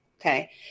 Okay